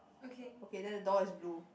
okay